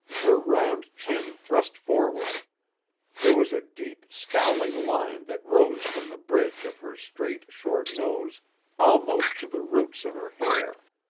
her round chin thrust forward there was a deep, scowling line that rose from the bridge of her straight, short nose almost to the roots of her hair.